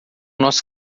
nós